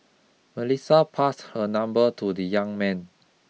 Melissa passed her number to the young man